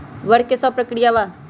वक्र कि शव प्रकिया वा?